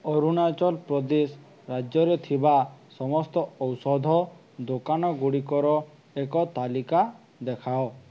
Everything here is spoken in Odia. ଅରୁଣାଚଳ ପ୍ରଦେଶ ରାଜ୍ୟରେ ଥିବା ସମସ୍ତ ଔଷଧ ଦୋକାନ ଗୁଡ଼ିକର ଏକ ତାଲିକା ଦେଖାଅ